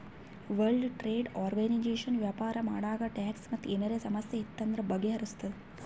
world trade organization ವ್ಯಾಪಾರ ಮಾಡಾಗ tax ಮತ್ ಏನರೇ ಸಮಸ್ಯೆ ಇತ್ತು ಅಂದುರ್ ಬಗೆಹರುಸ್ತುದ್